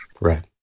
Right